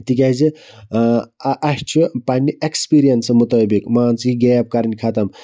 تکیازِ اَسہِ چھ پَننہِ ایٚکسپیٖریَنسہٕ مُطٲبِق مان ژٕ یہِ گیپ کَرٕنۍ ختم